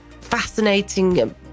fascinating